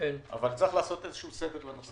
צריך לעשות סדר בנושא